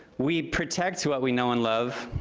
we protect what we know and love.